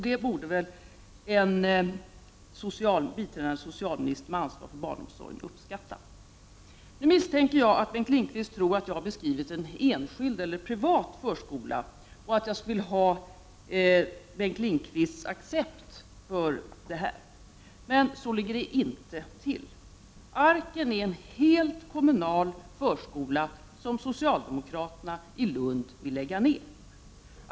Detta borde väl en biträdande socialminister med ansvar för barnomsorgen uppskatta? Nu misstänker jag att Bengt Lindqvist tror att jag har beskrivit en enskild eller privat förskola och att jag vill ha Bengt Lindqvists accept för denna. Men så ligger det inte till. Arken är helt kommunal förskola, som socialdemokraterna i Lund vill lägga ner.